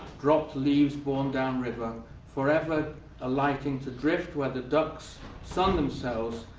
dropped leaves borne down-river, forever alighting to drift where the ducks sun themselves.